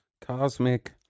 cosmic